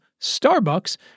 Starbucks